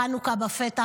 חנוכה בפתח,